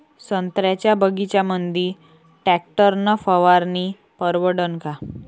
संत्र्याच्या बगीच्यामंदी टॅक्टर न फवारनी परवडन का?